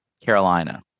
Carolina